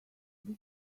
this